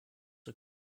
are